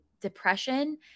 depression